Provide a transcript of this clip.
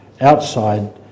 outside